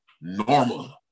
normal